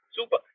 super